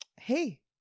hey